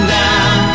down